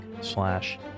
slash